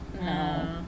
no